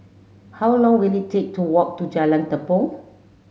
how long will it take to walk to Jalan Tepong